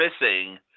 missing